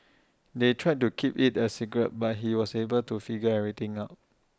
they tried to keep IT A secret but he was able to figure everything out